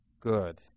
good